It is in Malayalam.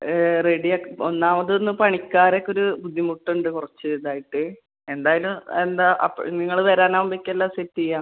റെഡി ആ ഒന്നാമത് ഇന്ന് പണിക്കാരൊക്കെ ഒരു ബുദ്ധിമുട്ട് ഉണ്ട് കുറച്ച് ഇതായിട്ട് എന്തായാലും എന്താണ് അപ്പം നിങ്ങൾ വരാനാവുമ്പോഴേക്ക് എല്ലാം സെറ്റ് ചെയ്യാം